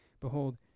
Behold